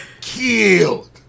Killed